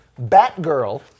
Batgirl